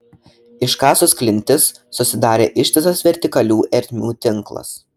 iškasus klintis susidarė ištisas vertikalių ertmių tinklas